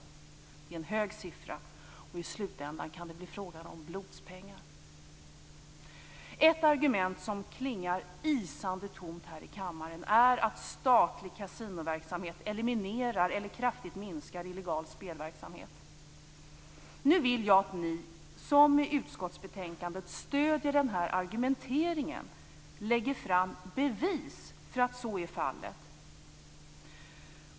Det är en hög siffra och i slutändan kan det bli fråga om blodspengar. Ett argument som klingar isande tomt här i kammaren är att statlig kasinoverksamhet eliminerar eller kraftigt minskar illegal spelverksamhet. Nu vill jag att ni som i utskottsbetänkandet stöder denna argumentering lägger fram bevis för att så är fallet.